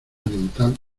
oriental